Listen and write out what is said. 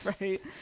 right